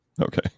Okay